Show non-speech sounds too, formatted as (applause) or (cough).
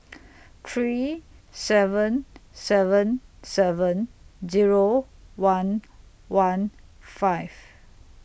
(noise) three seven seven seven Zero one one five